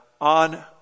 on